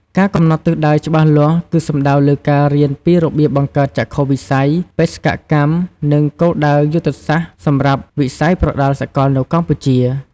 ការកំណត់ទិសដៅច្បាស់លាស់គឺសំដៅលើការ រៀនពីរបៀបបង្កើតចក្ខុវិស័យ បេសកកម្ម និងគោលដៅយុទ្ធសាស្ត្រសម្រាប់វិស័យប្រដាល់សកលនៅកម្ពុជា។